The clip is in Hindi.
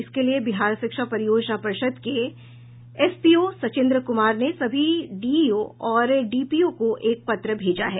इसके लिए बिहार शिक्षा परियोजना परिषद के एसपीओ सचिन्द्र कुमार ने सभी डीईओ और डीपीओ को एक पत्र भेजा है